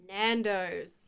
Nandos